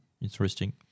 interesting